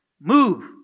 move